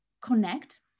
connect